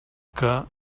que